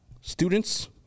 Students